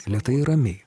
lėtai ramiai